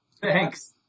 thanks